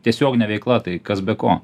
tiesiogine veikla tai kas be ko